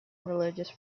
religious